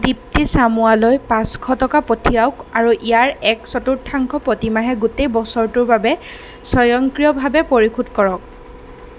দিপ্তী চামুৱালৈ পাঁচশ টকা পঠিয়াওঁক আৰু ইয়াৰ এক চতুৰ্থাংশ প্ৰতিমাহে গোটেই বছৰটোৰ বাবে স্বয়ংক্ৰিয়ভাৱে পৰিশোধ কৰক